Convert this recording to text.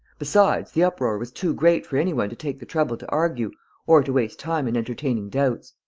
besides, the uproar was too great for any one to take the trouble to argue or to waste time in entertaining doubts.